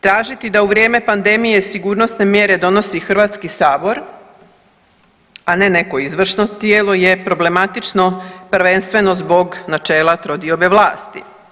Tražiti da u vrijeme pandemije sigurnosne mjere donosi Hrvatski sabor, a ne neko izvršno tijelo je problematično prvenstveno zbog načela trodiobe vlasti.